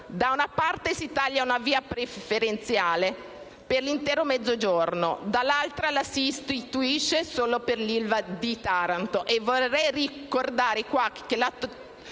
da una parte si taglia una via preferenziale per l'intero Mezzogiorno, dall'altra la si istituisce solo per l'ILVA di Taranto. Vorrei anche ricordare che la